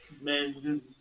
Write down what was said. man